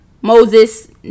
Moses